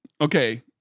okay